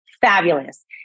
fabulous